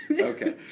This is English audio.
Okay